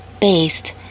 based